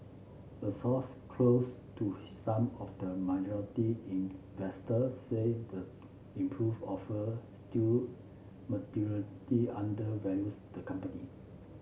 a source close to some of the investors said the improved offer still under values the company